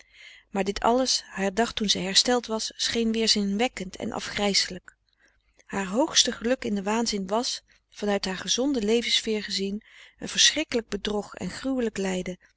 maar dit alles herdacht toen zij hersteld was scheen weerzinwekkend en afgrijselijk haar hoogste geluk in den waanzin was van uit haar gezonde levens sfeer gezien een verschrikkelijk bedrog en gruwelijk lijden